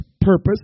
purpose